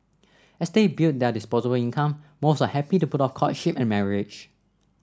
as they build their disposable income most are happy to put off courtship and marriage